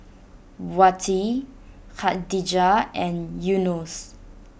Wati Khadija and Yunos